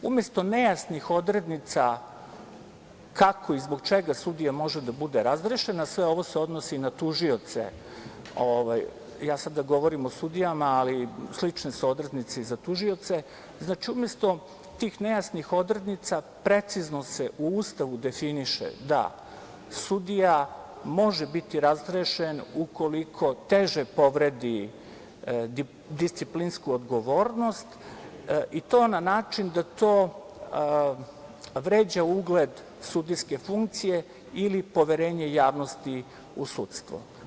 Umesto nejasnih odrednica kako i zbog čega sudija može da bude razrešen, a sve ovo se odnosi na tužioce, ja sada govorim o sudijama, ali slične su odrednice i za tužioce, precizno se u Ustavu definiše da sudija može biti razrešen ukoliko teže povredi disciplinsku odgovornost i to na način da to vređa ugled sudijske funkcije ili poverenje javnosti u sudstvu.